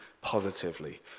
positively